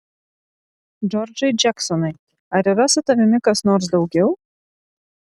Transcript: džordžai džeksonai ar yra su tavimi kas nors daugiau